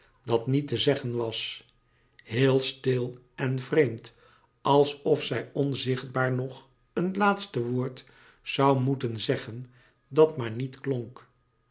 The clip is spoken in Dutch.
dat niet te zeggen was heel stil en vreemd alsof zij onzichtbaar nog een laatste woord zoû moeten zeggen dat maar niet klonk